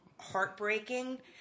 heartbreaking